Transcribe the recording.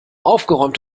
aufgeräumt